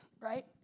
right